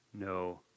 no